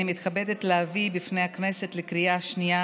אני מתכבדת להביא בפני הכנסת לקריאה השנייה